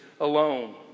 alone